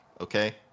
okay